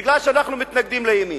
בגלל שאנחנו מתנגדים לימין.